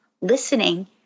listening